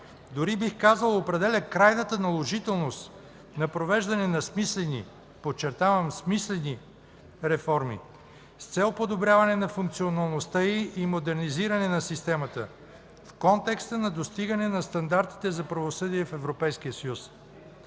дори бих казал определя крайната наложителност на провеждане на смислени, подчертавам, смислени, реформи с цел подобряване на функционалността и модернизиране на системата в контекста на достигане на стандартите за правосъдие в